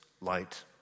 light